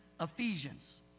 Ephesians